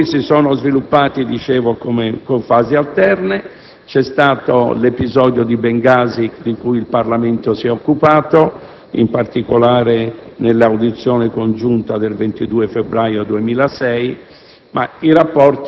Questi rapporti si sono sviluppati - dicevo - con fasi alterne: vi è stato l'episodio di Bengasi**,** di cui il Parlamento si è occupato (in particolare nell'audizione congiunta del 22 febbraio 2006).